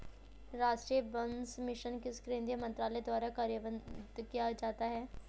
राष्ट्रीय बांस मिशन किस केंद्रीय मंत्रालय द्वारा कार्यान्वित किया जाता है?